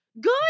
Good